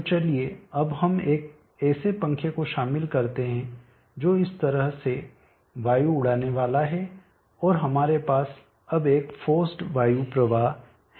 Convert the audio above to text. तो चलिए अब हम एक ऐसे पंखे को शामिल करते हैं जो इस तरह से वायु उड़ाने वाला है और हमारे पास अब एक फोर्सड वायु प्रवाह है